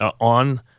on